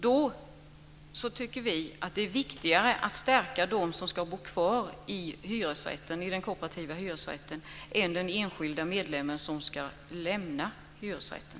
Då är det viktigare att stärka dem som ska bo kvar i den kooperativa hyresrätten än den enskilda medlemmen som ska lämna hyresrätten.